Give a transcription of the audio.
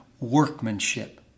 workmanship